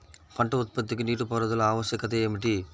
పంట ఉత్పత్తికి నీటిపారుదల ఆవశ్యకత ఏమిటీ?